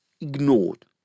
ignored